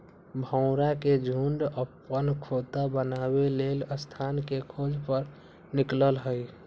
भौरा के झुण्ड अप्पन खोता बनाबे लेल स्थान के खोज पर निकलल हइ